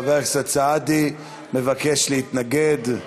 חבר הכנסת סעדי מבקש להתנגד.